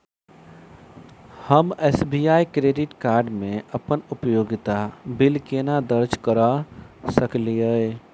हम SBI credit card मे अप्पन उपयोगिता बिल केना दर्ज करऽ सकलिये?